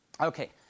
Okay